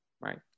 right